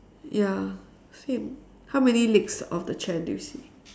ya same how many legs of the chair do you see